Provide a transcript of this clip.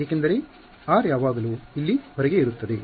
ಎಕೆಂದರೆ r ಯಾವಾಗಲೂ ಇಲ್ಲಿ ಹೊರಗೆ ಇರುತ್ತದೆ